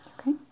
okay